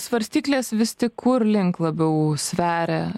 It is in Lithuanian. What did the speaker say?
svarstyklės vis tik kur link labiau sveria